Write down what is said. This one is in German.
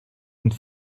und